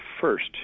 first